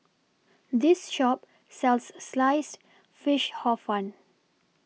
This Shop sells Sliced Fish Hor Fun